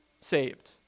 Saved